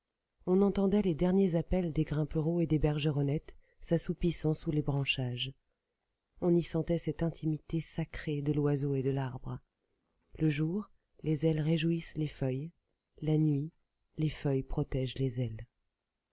on entendait les derniers appels des grimperaux et des bergeronnettes s'assoupissant sous les branchages on y sentait cette intimité sacrée de l'oiseau et de l'arbre le jour les ailes réjouissent les feuilles la nuit les feuilles protègent les ailes